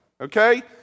okay